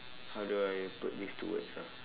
how do I put this to words ah